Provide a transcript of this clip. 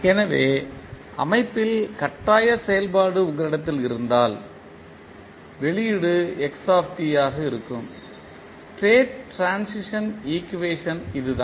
எனவே அமைப்பில் கட்டாய செயல்பாடு உங்களிடத்தில் இருந்தால் வெளியீடு ஆக இருக்கும் ஸ்டேட் ட்ரான்சிஷன் ஈக்குவேஷன் இதுதான்